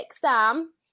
Sam